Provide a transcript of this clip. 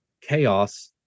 chaos